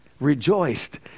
rejoiced